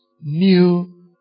new